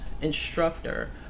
instructor